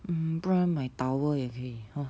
mm 不然买 towel 也可以 hor